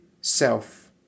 self